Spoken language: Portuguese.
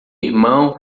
irmão